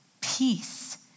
peace